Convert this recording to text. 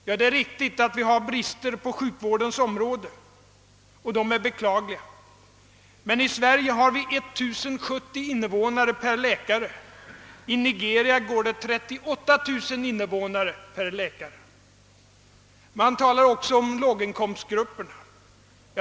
Ja, det är riktigt att det råder svåra brister på sjukvårdens område, och detta är beklagligt. Men i Sverige har vi bara 1070 invånare per läkare; i Nigeria finns det 38 000 invånare per läkare! Man talar också om våra låginkomstgrupper.